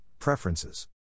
preferences